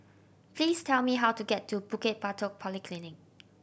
please tell me how to get to Bukit Batok Polyclinic